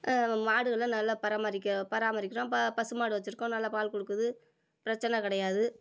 மாடுகள்லாம் நல்லா பராமரிக்க பராமரிக்கிறோம் ப பசுமாடு வச்சிருக்கோம் நல்லா பால்க்கொடுக்குது பிரச்சனை கிடையாது